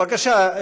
בבקשה,